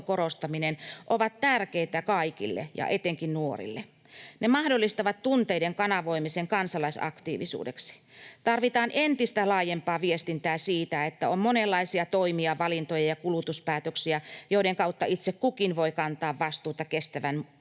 ovat tärkeitä kaikille ja etenkin nuorille. Ne mahdollistavat tunteiden kanavoimisen kansalaisaktiivisuudeksi. Tarvitaan entistä laajempaa viestintää siitä, että on monenlaisia toimia, valintoja ja kulutuspäätöksiä, joiden kautta itse kukin voi kantaa vastuuta kestävyysmurroksen